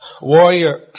warrior